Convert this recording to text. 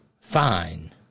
fine